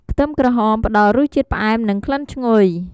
ខ្ទឹមក្រហម ផ្ដល់រសជាតិផ្អែម និងក្លិនឈ្ងុយ។